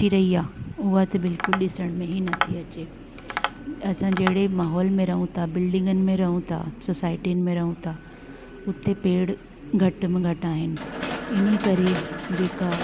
चिरइया उहा त बिल्कुलु ॾिसण में ई नथी अचे असां जहिड़े बि माहोल में रहूं था बिल्डिंगन में रहूं था सुसाइटिन में रहूं था उते पेड़ घटि में घटि आहिनि इन ई करे जेका